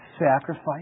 sacrifice